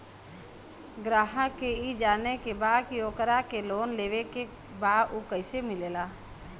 ग्राहक के ई जाने के बा की ओकरा के लोन लेवे के बा ऊ कैसे मिलेला?